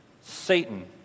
Satan